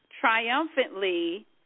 triumphantly